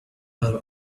thought